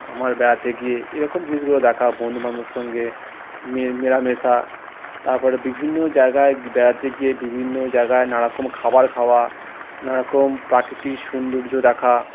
আমার বেড়াতে গিয়ে এই রকম জিনিসগুলো দেখা বন্ধু বান্ধবদের সঙ্গে মেলামেশা তারপরে বিভিন্ন জায়গায় বেড়াতে গিয়ে বিভিন্ন জায়গায় নানা রকম খাবার খাওয়া নানা রকম প্রাকৃতিক সৌন্দর্য দেখা